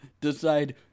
decide